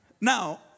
now